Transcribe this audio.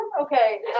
okay